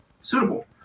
suitable